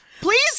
Please